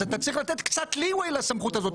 אתה צריך לתת קצת "לי ווי" לסמכות הזאת.